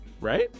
Right